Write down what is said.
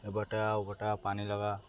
ଏ ବଟା ବଟା ପାଣି ଲଗା